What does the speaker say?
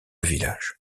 village